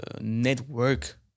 network